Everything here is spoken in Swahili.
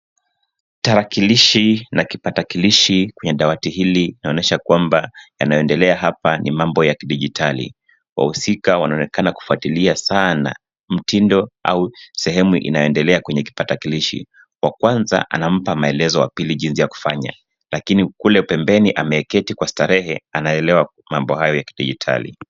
Tarakilishi na kipakatalishi kwenye dawati hili inaonyesha kwamba yanayoendelea hapa ni mambo ya kidijitali. Wahusika wanaonekana kufuatilia sana mtindo au sehemu inayoendelea kwenye kipakatalishi. Wa kwanza anampa maelezo wa pili jinsi ya kufanya lakini kule pembeni ameketi kwenye starehe anaelewa mambo hayo ya kidijitali.